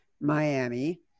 Miami